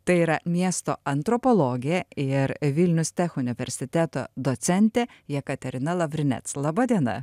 tai yra miesto antropologė ir vilnius tech universiteto docentė jekaterina lavrinet laba diena